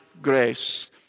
grace